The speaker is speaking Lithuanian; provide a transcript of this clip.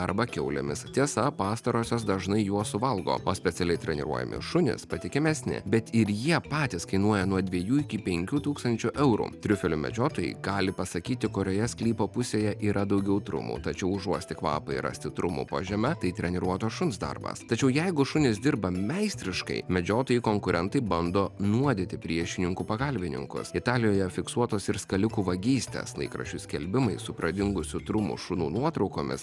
arba kiaulėmis tiesa pastarosios dažnai juos suvalgo o specialiai treniruojami šunys patikimesni bet ir jie patys kainuoja nuo dviejų iki penkių tūkstančių eurų triufelių medžiotojai gali pasakyti kurioje sklypo pusėje yra daugiau trumų tačiau užuosti kvapą ir rasti trumų po žeme tai treniruoto šuns darbas tačiau jeigu šunys dirba meistriškai medžiotojai konkurentai bando nuodyti priešininkų pagalbininkus italijoje fiksuotos ir skalikų vagystės laikraščių skelbimai su pradingusių trumų šunų nuotraukomis